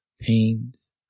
pains